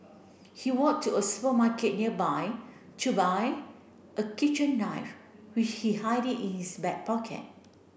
he walked to a supermarket nearby to buy a kitchen knife which he hide it in his back pocket